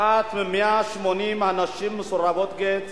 אחת מ-180 נשים מסורבות גט.